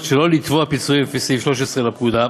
שלא לתבוע פיצויים לפי סעיף 13 לפקודה,